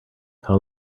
how